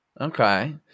Okay